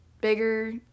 bigger